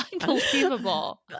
Unbelievable